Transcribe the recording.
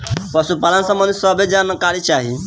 पशुपालन सबंधी सभे जानकारी चाही?